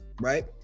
right